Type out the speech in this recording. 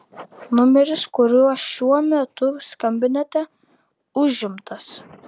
numeris kuriuo šiuo metu skambinate užimtas